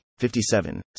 57